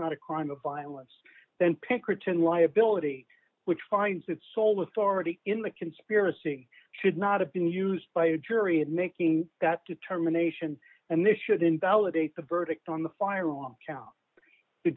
not a crime of violence then pinkerton liability which finds its sole authority in the conspiracy should not have been used by a jury of making got determination and this should invalidate the verdict on the firearm count the